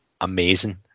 amazing